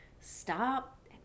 stop